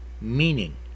meaning